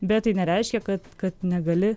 bet tai nereiškia kad kad negali